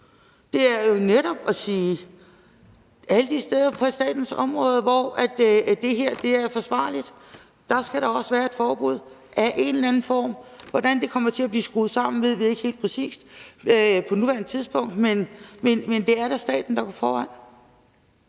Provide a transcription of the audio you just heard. hun vil, altså at sige, at alle steder på statens områder, hvor det er forsvarligt, skal der være et forbud af en eller en slags. Hvordan det kommer til at blive skruet sammen, ved vi ikke helt præcist på nuværende tidspunkt, men det er da staten, der går foran.